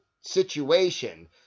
situation